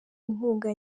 inkunga